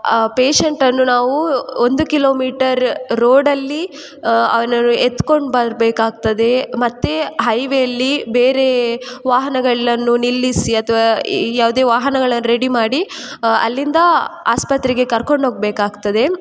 ಪೇಶೆಂಟನ್ನು ನಾವು ಒಂದು ಕಿಲೋಮೀಟರ್ ರೋಡಲ್ಲಿ ಅವನನ್ನು ಎತ್ಕೊಂಡು ಬರಬೇಕಾಗ್ತದೆ ಮತ್ತು ಹೈವೆಲ್ಲಿ ಬೇರೆ ವಾಹನಗಳೆಲ್ಲನು ನಿಲ್ಲಿಸಿ ಅಥವಾ ಯಾವ್ದೇ ವಾಹನಗಳನ್ನ ರೆಡಿ ಮಾಡಿ ಅಲ್ಲಿಂದ ಆಸ್ಪತ್ರೆಗೆ ಕರ್ಕೊಂಡು ಹೋಗ್ಬೇಕಾಗ್ತದೆ